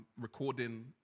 recording